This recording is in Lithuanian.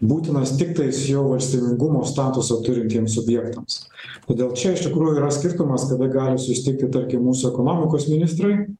būtinas tiktais jau valstybingumo statusą turintiems subjektams todėl čia iš tikrųjų yra skirtumas kada gali susitikti tarkim mūsų ekonomikos ministrai